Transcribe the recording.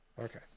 okay